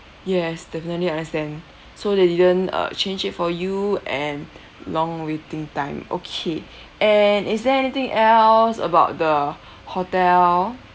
yes definitely understand so they didn't uh change it for you and long waiting time okay and is there anything else about the hotel